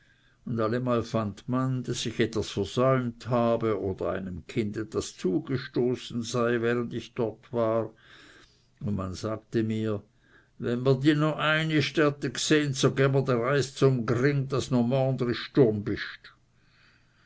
und allemal fand man daß ich etwas versäumt habe oder einem kind etwas zugestoßen sei während ich dort war und man sagte mir we mr di no einist dert g'seh su gä mr dr eini zum gring daß d'no